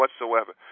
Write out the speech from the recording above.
whatsoever